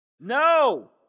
No